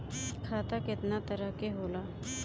खाता केतना तरह के होला?